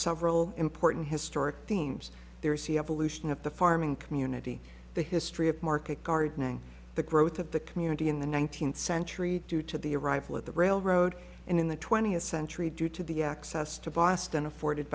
several important historic themes there see evolution of the farming community the history of market gardening the growth of the community in the nineteenth century due to the arrival of the railroad in the twentieth century due to the access to boston afforded